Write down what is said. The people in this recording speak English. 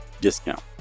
discount